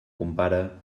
compare